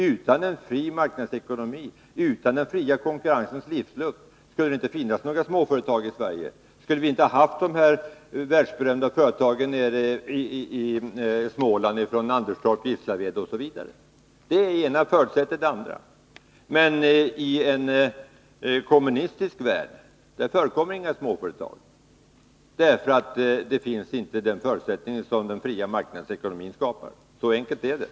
Utan en fri marknadsekonomi, utan den fria konkurrensens livsluft, skulle det inte finnas några småföretag i Sverige och vi skulle inte ha haft de här världsberömda företagen i Anderstorp och Gislaved nere i Småland och på andra platser. Det ena förutsätter ju det andra. Men i en kommunistisk värld förekommer inga småföretag, ty där finns inte den förutsättning som den fria marknadsekonomin skapar — så enkelt är det.